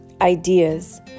ideas